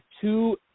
two